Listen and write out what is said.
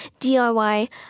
DIY